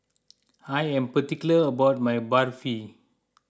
I am particular about my Barfi